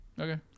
Okay